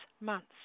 months